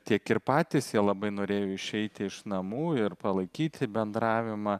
tiek ir patys jie labai norėjo išeiti iš namų ir palaikyti bendravimą